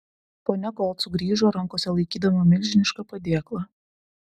ponia gold sugrįžo rankose laikydama milžinišką padėklą